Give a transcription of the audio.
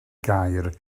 gair